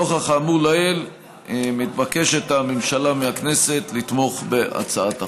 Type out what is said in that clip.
נוכח האמור לעיל מבקשת הממשלה מהכנסת לתמוך בהצעת החוק.